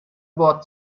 wort